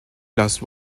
lost